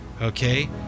okay